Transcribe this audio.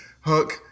hook